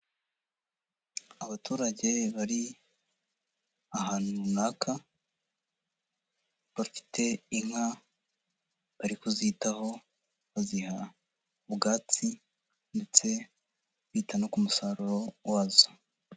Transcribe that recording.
Abaturage bari ahantu runaka, bafite inka bari kuzitaho, baziha ubwatsi ndetse bita no ku musaruro wazo.